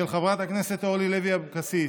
של חברת הכנסת אורלי לוי אבקסיס,